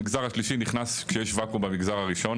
המגזר השלישי נכנס כשיש ואקום במגזר הראשון,